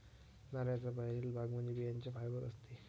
नारळाचा बाहेरील भाग म्हणजे बियांचे फायबर असते